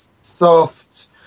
soft